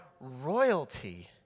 royalty